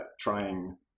trying